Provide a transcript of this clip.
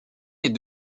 est